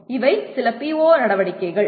எனவே இவை சில PO நடவடிக்கைகள்